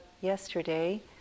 yesterday